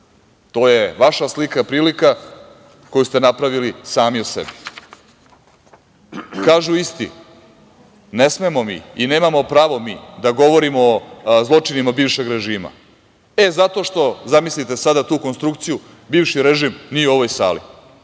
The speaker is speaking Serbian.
To je vaša slika, prilika koju ste napravili sami o sebi. Kažu isti, ne smemo mi, i nemamo pravo mi da govorimo o zločinima bivšeg režima, zato što, zamislite sada tu konstrukciju, bivši režim nije u ovoj sali,